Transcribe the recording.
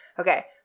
Okay